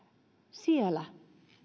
siellä